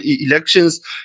elections